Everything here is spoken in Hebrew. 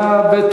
(השעיית ראש רשות) (תיקוני חקיקה),